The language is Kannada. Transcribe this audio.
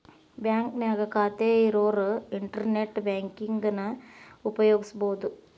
ಬಾಂಕ್ನ್ಯಾಗ ಖಾತೆ ಇರೋರ್ ಇಂಟರ್ನೆಟ್ ಬ್ಯಾಂಕಿಂಗನ ಉಪಯೋಗಿಸಬೋದು